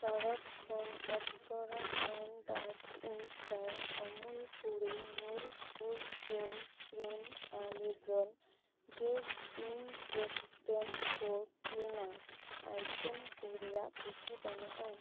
ᱠᱟᱨᱳᱴ ᱠᱷᱚᱱ ᱚᱯᱥᱚᱨᱟ non dust eraser Amul pure milk whipping cream ᱟᱨ Lizol disinfectant floor cleaner item ᱠᱚ ᱨᱮᱭᱟᱜ ᱯᱩᱸᱡᱤ ᱵᱟᱹᱱᱩᱜᱼᱟ